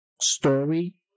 story